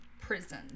prison